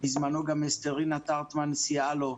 בזמנו, גם אסתרינה טרטמן סייעה לו.